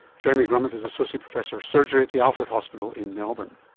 jeremy grummet is associate professor of surgery at the alfred hospital in melbourne.